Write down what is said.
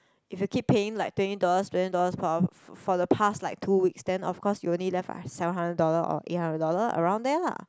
if you keep paying like twenty dollars twenty dollars from for the past like two weeks then of course you only left seven hundred dollar or eight hundred dollar around there lah